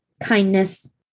kindness